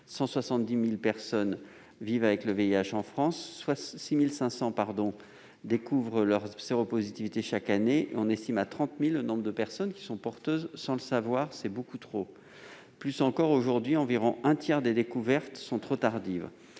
170 000 personnes vivent avec le VIH dans notre pays et 6 500 découvrent leur séropositivité chaque année, on estime à 30 000 le nombre de personnes qui sont porteuses sans le savoir. C'est beaucoup trop. Pis, environ un tiers des découvertes sont trop tardives